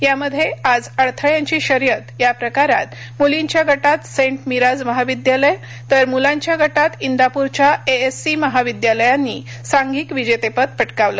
यामध्ये आज अडथळ्यांची शर्यत या प्रकारात मुलींच्या गटात सेंट मिराज महाविद्यालय तर मुलांच्या गटात इंदापुरच्या एएससी महाविद्यालयांनी सांघिक विजेतेपद पटकावलं